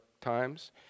times